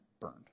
burned